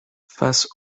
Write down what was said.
face